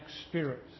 spirits